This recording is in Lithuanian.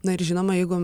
na ir žinoma jeigu